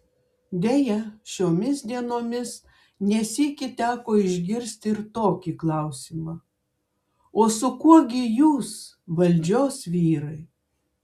deja šiomis dienomis ne sykį teko išgirsti ir tokį klausimą o su kuo gi jūs valdžios vyrai